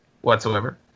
Whatsoever